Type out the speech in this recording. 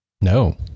No